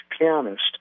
pianist